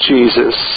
Jesus